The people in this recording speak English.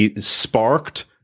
sparked